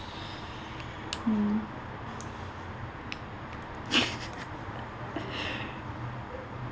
mm